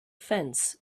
fence